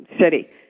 city